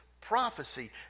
prophecy